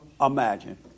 imagine